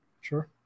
Sure